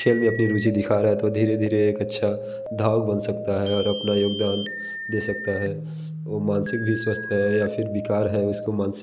खेल में अपनी रुचि दिखा रहा है तो धीरे धीरे एक अच्छा धावक बन सकता है और अपना योगदान दे सकता है वो मानसिक भी स्वस्थ है या फिर बिकार है उसको मानसिक